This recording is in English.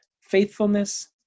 faithfulness